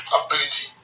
ability